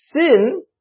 Sin